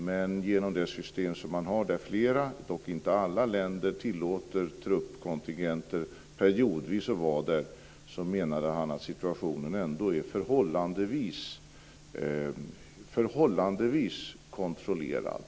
Men genom det system man har, där fler - dock inte alla - länder periodvis tillåter truppkontingenter att vara där, menade han att situationen ändå är förhållandevis kontrollerad.